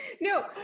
No